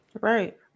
Right